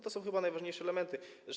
To są chyba najważniejsze elementy.